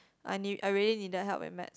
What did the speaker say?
I need I really needed help at maths